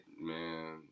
man